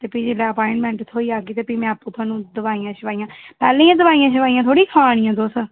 ते भी जेल्लै अपाइंटमेंट थ्होई जाह्गी ते भी में आपूं थुहान्नूं दोआइयां शोआइयां पैह्लियां दोआइयां शोआइयां थोह्ड़े खा निं आं तुस